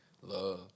Love